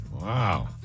Wow